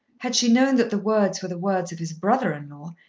had she known that the words were the words of his brother-in-law,